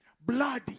bloody